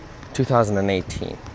2018